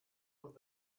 und